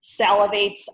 salivates